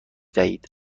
دهید